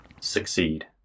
succeed